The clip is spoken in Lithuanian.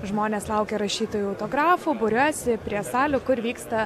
žmonės laukia rašytojų autografų būriuojasi prie salių kur vyksta